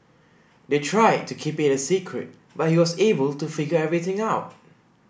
they tried to keep it a secret but he was able to figure everything out